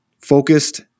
focused